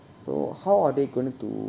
so how are they going to